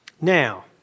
Now